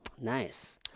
Nice